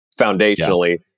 foundationally